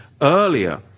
earlier